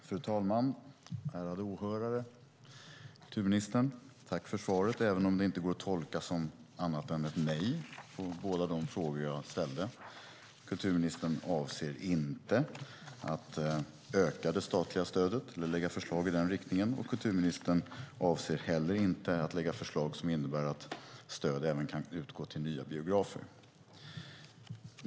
Fru talman! Ärade åhörare! Jag tackar kulturministern för svaret, även om det inte går att tolka som annat än ett nej på båda de frågor som jag ställde. Kulturministern avser inte att öka det statliga stödet eller lägga fram förslag i den riktningen. Kulturministern avser heller inte att lägga fram förslag som innebär att stöd även kan utgå till nya biografer.